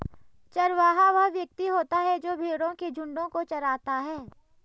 चरवाहा वह व्यक्ति होता है जो भेड़ों के झुंडों को चराता है